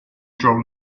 drawn